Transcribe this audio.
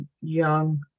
young